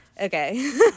Okay